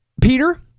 Peter